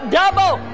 double